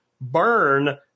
burn